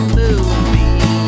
movie